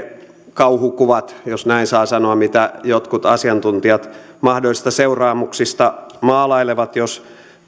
kauhukuvat jos näin saa sanoa mitä jotkut asiantuntijat mahdollisista seuraamuksista maalailevat siitä jos